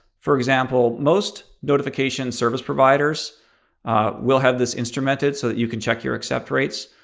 for example, most notification service providers will have this instrumented so that you can check your accept rates.